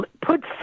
put